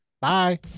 Bye